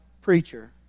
preacher